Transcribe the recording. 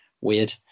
weird